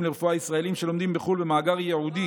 לרפואה ישראלים שלומדים בחו"ל במאגר ייעודי